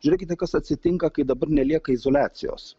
žiūrėkite kas atsitinka kai dabar nelieka izoliacijos